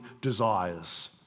desires